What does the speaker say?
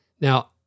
Now